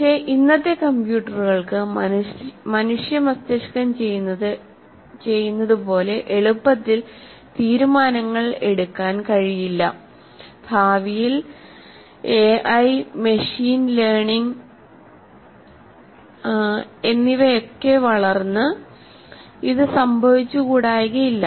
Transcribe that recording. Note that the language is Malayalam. പക്ഷേ ഇന്നത്തെ കമ്പ്യൂട്ടറുകൾക്ക് മനുഷ്യ മസ്തിഷ്കം ചെയ്യുന്നത് പോലെ എളുപ്പത്തിൽ തീരുമാനങ്ങൾ എടുക്കാൻ കഴിയില്ല ഭാവിയിൽ എഐ മെഷീൻ ലേണിംഗ് എന്നിവയൊക്കെ വളർന്ന് ഇത് സംഭവിച്ചുകൂടായ്കയില്ല